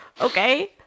okay